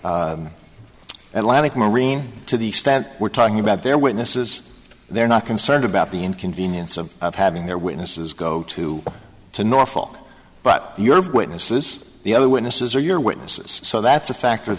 corinne to the extent we're talking about their witnesses they're not concerned about the inconvenience of having their witnesses go to to norfolk but you have witnesses the other witnesses or your witnesses so that's a factor